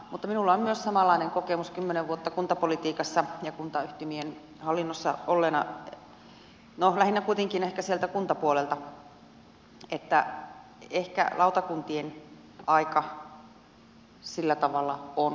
mutta minulla on myös samanlainen kokemus kymmenen vuotta kuntapolitiikassa ja kuntayhtymien hallinnossa olleena no lähinnä kuitenkin ehkä sieltä kuntapuolelta että ehkä lautakuntien aika sillä tavalla on nyt ohi